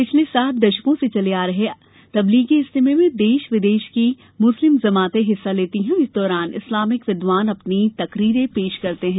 पिछले सात दशकों से चले आ रहे तब्लीगी इज्तिमा में देश विदेश की मुस्लिम जमातें हिस्सा लेती हैं और इस दौरान इस्लामिक विदवान अपनी तकरीरें पेश करते हैं